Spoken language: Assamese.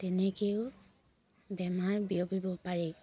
তেনেকৈও বেমাৰ বিয়পিব পাৰি